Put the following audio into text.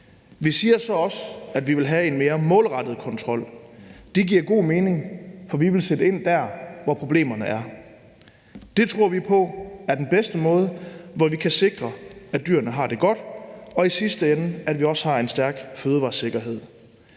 Vi siger så også, at vi vil have en mere målrettet kontrol. Det giver god mening, for vi vil sætte ind der, hvor problemerne er. Det tror vi på er den bedste måde, hvorpå vi kan sikre, at dyrene har det godt, og i sidste ende at vi også har en stærk fødevaresikkerhed.